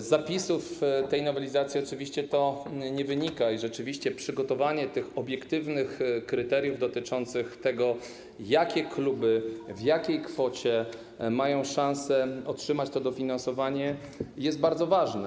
Z zapisów tej nowelizacji oczywiście to nie wynika i przygotowanie obiektywnych kryteriów dotyczących tego, jakie kluby, w jakiej kwocie mają szansę otrzymać dofinansowanie, jest bardzo ważne.